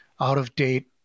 out-of-date